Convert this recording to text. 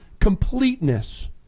completeness